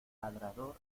ladrador